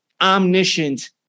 omniscient